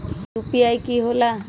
UPI कि होला?